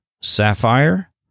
Sapphire